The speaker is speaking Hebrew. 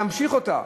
להמשיך אותה?